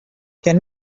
can